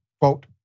quote